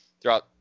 Throughout